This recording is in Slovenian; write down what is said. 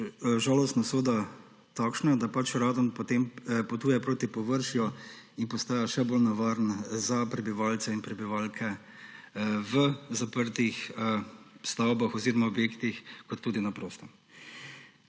žalostna usoda takšna, da radon potem potuje proti površju in postaja še bolj nevaren za prebivalce in prebivalke v zaprtih objektih kot tudi na prostem.